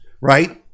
right